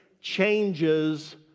changes